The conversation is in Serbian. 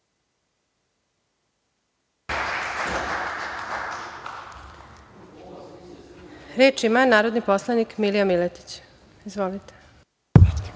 Reč ima narodni poslanik, Milija Miletić. Izvolite.